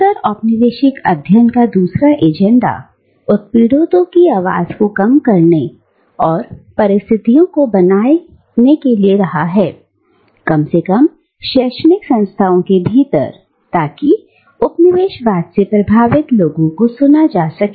उत्तर औपनिवेशिक अध्ययन का दूसरा एजेंडा उत्पीड़ितों की आवाज को कम करने और परिस्थितियों को बनाने के लिए रहा है कम से कम शैक्षणिक संस्थाओं के भीतर ताकि उपनिवेशवाद से प्रभावित लोगों को सुना जा सके